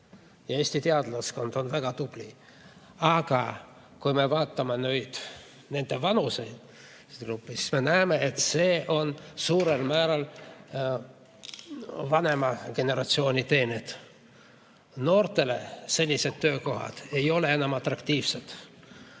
ja Eesti teadlaskond on väga tubli. Aga kui me vaatame nüüd nende vanusegruppi, siis me näeme, et see on suurel määral vanema generatsiooni teene. Noortele senised töökohad ei ole enam atraktiivsed.